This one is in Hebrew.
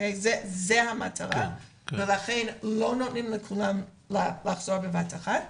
זו המטרה, ולכן לא נותנים לכולם לחזור בבת אחת.